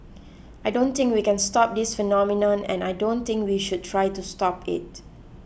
I don't think we can stop this phenomenon and I don't think we should try to stop it